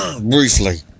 briefly